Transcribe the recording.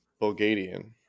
Bulgarian